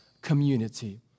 community